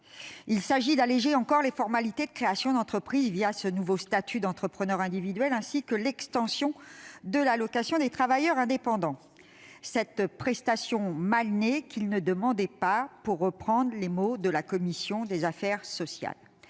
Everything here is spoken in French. Il s'agit d'alléger encore les formalités de création d'entreprise ce nouveau statut d'entrepreneur individuel et l'extension de l'allocation des travailleurs indépendants, cette prestation « mal née » qu'ils ne demandaient pas, pour reprendre les mots de la commission des affaires sociales.